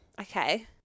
Okay